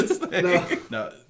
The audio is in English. No